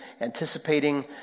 anticipating